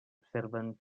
observen